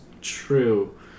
true